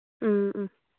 ꯎꯝ ꯎꯝ